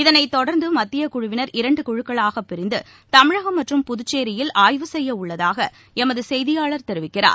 இதனைத் தொடர்ந்து மத்தியக் குழுவினர் இரண்டு குழுக்களாகப் பிரிந்து தமிழகம் மற்றும் புதுச்சேரியில் ஆய்வு செய்ய உள்ளதாக எமது செய்தியாளர் தெரிவிக்கிறார்